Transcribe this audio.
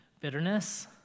bitterness